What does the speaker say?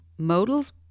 modals